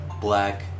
black